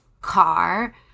car